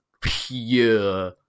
pure